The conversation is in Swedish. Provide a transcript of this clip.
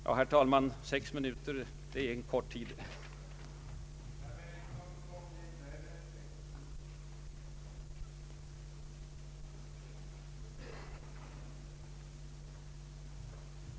Ja, herr talman, sex minuter är verkligen en kort tid för replik.